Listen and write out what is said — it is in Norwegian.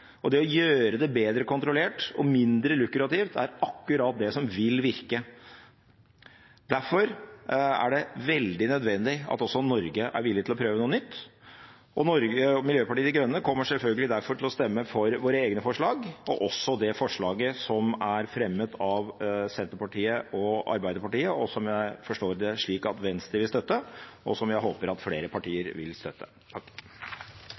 og det å gjøre det bedre kontrollert og mindre lukrativt er akkurat det som vil virke. Derfor er det veldig nødvendig at også Norge er villig til å prøve noe nytt. Miljøpartiet De Grønne kommer selvfølgelig derfor til å stemme for våre egne forslag og også for det forslaget som er fremmet av Senterpartiet og Arbeiderpartiet, som jeg forstår at Venstre vil støtte, og som jeg håper at flere partier vil støtte.